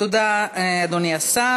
תודה, אדוני השר.